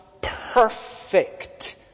perfect